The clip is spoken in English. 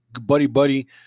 buddy-buddy